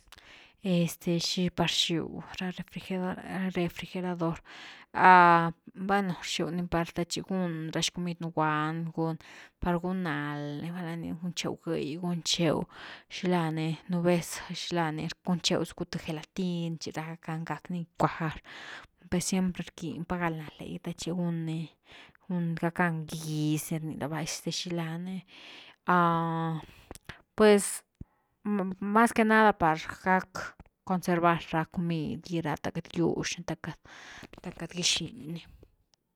Este xi par rxiu ra refrigerador-refrigerador bueno rxiu ni te chi gun ra xcomid nú guand gun, par gun nald ra ni gunchew gëi guncheu xila ni, nú vez xila ni gunchew sacku th gelatin gack ni cuajar per siempre rquiñ pa gal nalde gy te chi gun ni gackan gigiz ni rni rava xilani pues mas que nada par gack consevar ra comid the queity giux ni the queity-the queity gixiñ ni